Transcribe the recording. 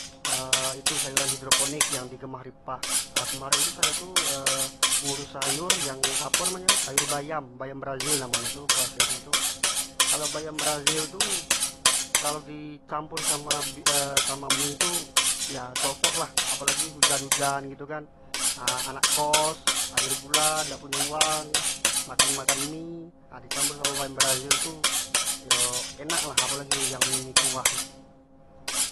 Di sayuran hidroponik yang di remah gipah, kemaren tu sayo tu ngurus sayo yang apo namo nyo tu sayur bayam, bayam brazil namo nyo tu sayur nyo tum kalau bayam brazil tu kalau di campur sama sama mie itu ya cocok lah apalagi hujan hujan gitu kan anak kost akhir bulan dak punyo uang makan makan mie di campur samo bayam brazil tu enak lah po lagi yang mie mie kuah gitu.